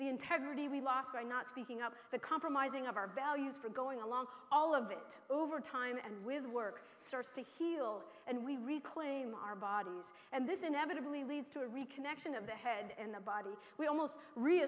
the integrity we lost by not speaking up the compromising of our values for going along all of it over time and with work starts to heal and we reclaim our bodies and this inevitably leads to a reconnection of the head and the body we almost re